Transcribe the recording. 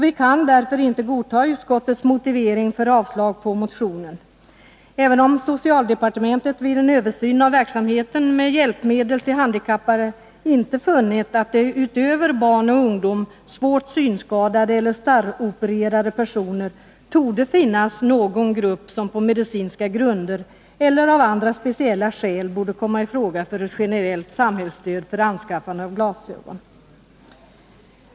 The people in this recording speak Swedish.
Vi kan därför inte godta utskottets motivering för avslag på motionen, även om socialdepartementet vid en översyn av verksamheten med hjälpmedel till handikappade inte har funnit att det utöver barn och ungdom, svårt synskadade eller starropererade personer torde finnas någon grupp som på medicinska grunder eller av andra speciella skäl borde komma i fråga för ett generellt samhällsstöd för anskaffande av glasögon.